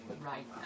right